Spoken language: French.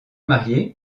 mariée